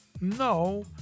no